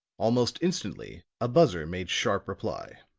almost instantly a buzzer made sharp reply.